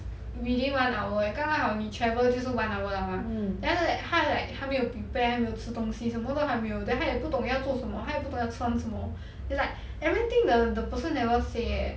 within one hour 刚刚好你 travel 就是 one hour liao mah then after that 他 like 还没有 prepare 没有吃东西什么都还没 then 他也不懂要做什么他也不懂要穿什么 then like everything the person never say leh